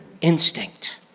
instinct